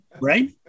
right